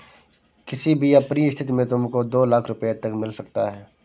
किसी भी अप्रिय स्थिति में तुमको दो लाख़ रूपया तक मिल सकता है